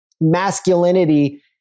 masculinity